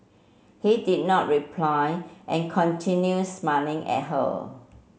he did not reply and continued smiling at her